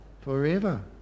Forever